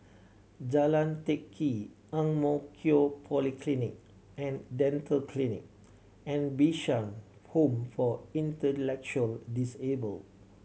Jalan Teck Kee Ang Mo Kio Polyclinic and Dental Clinic and Bishan Home for Intellectually Disabled